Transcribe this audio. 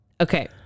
okay